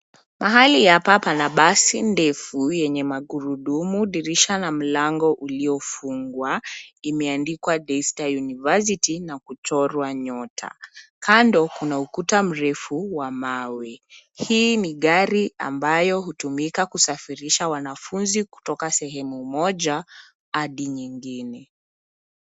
Mahali hapa pana basi ndefu yenye magurudumu, dirisha na mlango uliofungwa. Imeandikwa, daystar university, na kuchorwa nyota. Kando kuna ukuta mrefu wa mawe. Hii ni gari ambayo hutumika kusafirisha wanafunzi kutoka sehemu moja hadi nyingine.